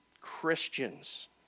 Christians